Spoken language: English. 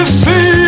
see